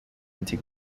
into